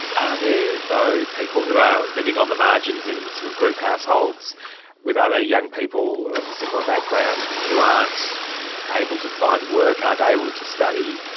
are there, though, people who are living on the margins in sort of group households with other young people of a similar background who aren't able to find work, aren't able to study,